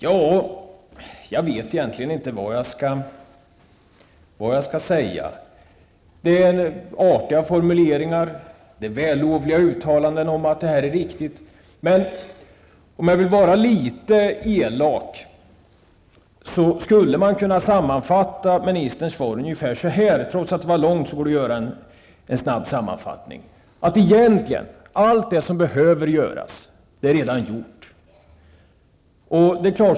Ja, jag vet egentligen inte vad jag skall säga. Det är artiga formuleringar, vällovliga uttalanden om att det är riktigt. Men om jag får vara litet elak skulle jag kunna sammanfatta ministerns svar ungefär så här -- trots att svaret är långt går det att göra en snabb sammanfattning: Allt som behöver göras är redan gjort.